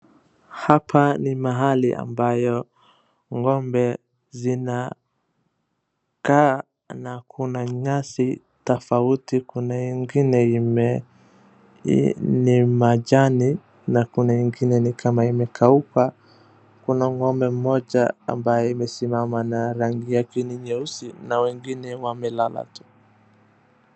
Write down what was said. Hapa ni mahali ambayo ng'ombe zinakaa na kuna nyasi tofauti, kuna ingine ime, ni majani na kuna ingine ni kama imekauka. Kuna ng'ombe mmoja ambaye imesimama na rangi yake ni nyeusi na wengine wamelala tu.